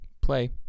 play